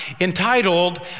entitled